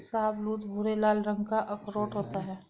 शाहबलूत भूरे लाल रंग का अखरोट होता है